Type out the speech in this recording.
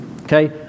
Okay